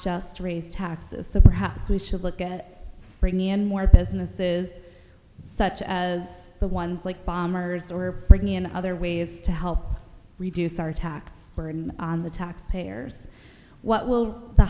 just raise taxes so perhaps we should look at britney and more businesses such as the ones like bombers or in other ways to help reduce our tax burden on the taxpayers what will the